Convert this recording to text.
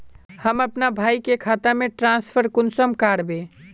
हम अपना भाई के खाता में ट्रांसफर कुंसम कारबे?